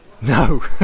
No